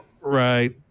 Right